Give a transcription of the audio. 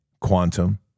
quantum